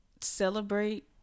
celebrate